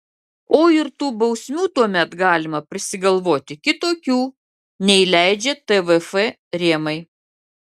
o ir tų bausmių tuomet galima prisigalvoti kitokių nei leidžia tvf rėmai